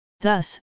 Thus